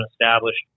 established